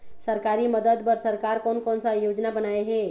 सरकारी मदद बर सरकार कोन कौन सा योजना बनाए हे?